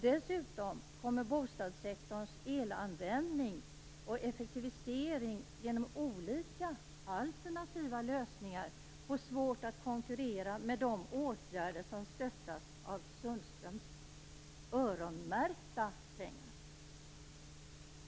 Dessutom kommer bostadssektorns elanvändning och effektivisering genom olika alternativa lösningar få svårt att konkurrera med de åtgärder som stöttas av Sundströms öronmärkta pengar.